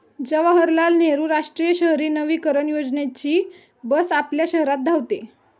जवाहरलाल नेहरू राष्ट्रीय शहरी नवीकरण योजनेची बस आपल्या शहरात धावते